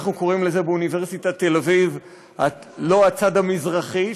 אנחנו קוראים לזה באוניברסיטת תל-אביב לא הצד המזרחי,